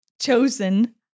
chosen